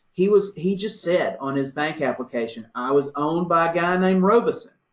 he was, he just said on his bank application, i was owned by a guy named robison.